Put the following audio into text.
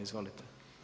Izvolite.